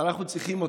אנחנו צריכים אותו,